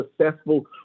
successful